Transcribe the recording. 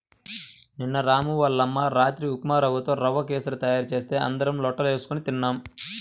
నిన్న రాము వాళ్ళ అమ్మ రాత్రి ఉప్మారవ్వతో రవ్వ కేశరి తయారు చేస్తే అందరం లొట్టలేస్కొని తిన్నాం